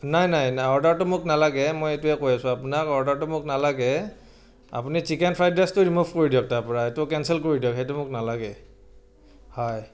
নাই নাই নাই অৰ্ডাৰটো মোক নালাগে মই এইটোৱে কৈ আছো আপোনাক অৰ্ডাৰটো মোক নালাগে আপুনি চিকেন ফ্ৰাইড ৰাইচটো ৰিমভ কৰি দিয়ক তাৰপৰা সেইটো কেনচেল কৰি দিয়ক সেইটো মোক নালাগে হয়